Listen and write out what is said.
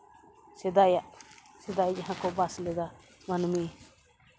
ᱥᱮᱫᱟᱭᱟᱜ ᱥᱮᱫᱟᱭ ᱡᱟᱦᱟᱸ ᱠᱚ ᱵᱟᱥ ᱞᱮᱫᱟ ᱢᱟᱹᱱᱢᱤ